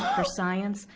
for science,